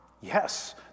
Yes